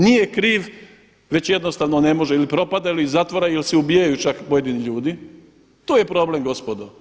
Nije kriv već jednostavno ne može ili propada ili zatvara ili se ubijaju čak pojedini ljudi, to je problem gospodo.